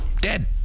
Dead